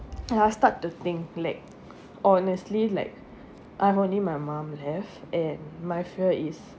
I'll start to think like honestly like I'm only my mum left and my fear is